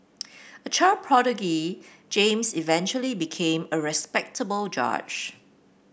a child prodigy James eventually became a respectable judge